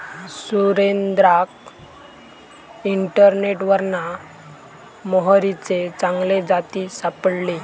सुरेंद्राक इंटरनेटवरना मोहरीचे चांगले जाती सापडले